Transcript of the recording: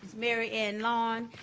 mary ann laun,